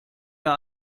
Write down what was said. der